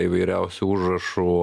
įvairiausių užrašų